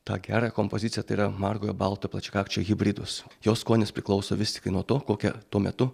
tą gerąją kompoziciją tai yra margojo balto plačiakakčio hibridus jo skonis priklauso vis tiktai nuo to kokia tuo metu